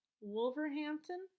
Wolverhampton